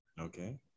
Okay